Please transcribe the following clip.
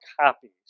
copies